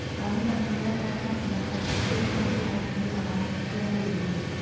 បើមានបញ្ហា ត្រូវប្រើថ្នាំសម្លាប់សត្វល្អិត ឬថ្នាំព្យាបាលជំងឺឲ្យបានទាន់ពេលវេលា។